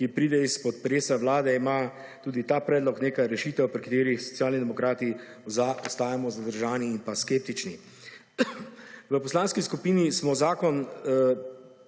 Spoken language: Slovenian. ki pride izpod presa Vlade ima tudi ta predlog nekaj rešitev, pri katerih Socialni demokrati ostajamo zdržani in pa skeptični. V poslanski skupini smo zakon